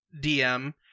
DM